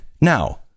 Now